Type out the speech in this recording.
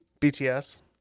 bts